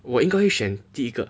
因该选第一个